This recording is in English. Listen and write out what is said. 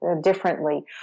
differently